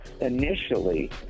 Initially